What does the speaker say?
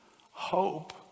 hope